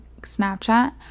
snapchat